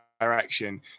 direction